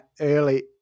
early